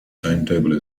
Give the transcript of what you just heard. timetable